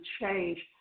change